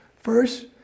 First